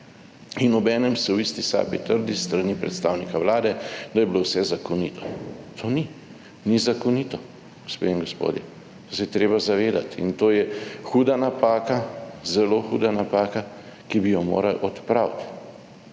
in obenem se v isti sapi trdi s strani predstavnika Vlade, da je bilo vse zakonito, to ni ni zakonito, gospe in gospodje, se je treba zavedati in to je huda napaka, zelo huda napaka, ki bi jo morali odpraviti.